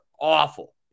awful